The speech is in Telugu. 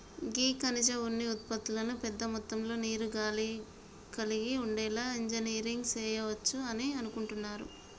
గీ ఖనిజ ఉన్ని ఉత్పతులను పెద్ద మొత్తంలో నీరు, గాలి కలిగి ఉండేలా ఇంజనీరింగ్ సెయవచ్చు అని అనుకుంటున్నారు